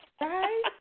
Right